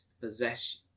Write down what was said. Possess